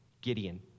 Gideon